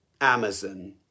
Amazon